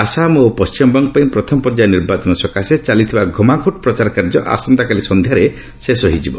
ଆସାମ ଓ ପଶ୍ଚିମବଙ୍ଗ ପାଇଁ ପ୍ରଥମ ପର୍ଯ୍ୟାୟ ନିର୍ବାଚନ ସକାଶେ ଚାଲିଥିବା ଘମାଘୋଟ ପ୍ରଚାର କାର୍ଯ୍ୟ ଆସନ୍ତାକାଲି ସନ୍ଧ୍ୟାରେ ଶେଷ ହୋଇଯିବ